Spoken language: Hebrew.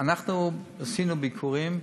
אנחנו עשינו ביקורים,